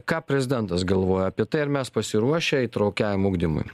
ką prezidentas galvoja apie tai ar mes pasiruošę tokiajam ugdymui